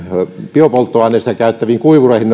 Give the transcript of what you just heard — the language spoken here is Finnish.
biopolttoainetta käyttäviin kuivureihin